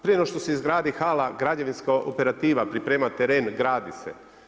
Prije nego što se izgradi hala, građevinska operativa priprema teren, gradi se.